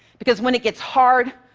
because when it gets hard,